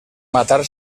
matar